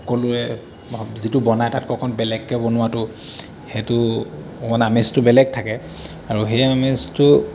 সকলোৱে যিটো বনাই থাকোঁ অকণমান বেলেগকৈ বনোৱাটো সেইটো অকণ আমেজটো বেলেগ থাকে আৰু সেই আমেজটো